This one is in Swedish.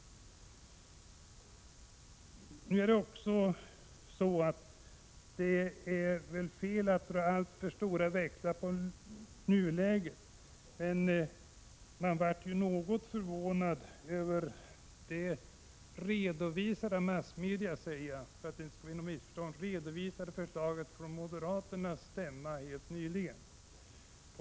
Man kanske inte skall dra alltför stora växlar av detta i nuläget, men jag blev något förvånad över redovisningen i massmedia — jag betonar att jag tagit del av redovisningen i massmedia, så att det inte skall uppstå några missförstånd — av förslaget på moderaternas stämma helt nyligen.